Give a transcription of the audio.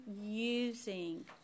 using